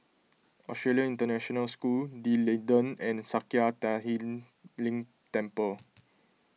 Australian International School D'Leedon and Sakya Tenphel Ling Temple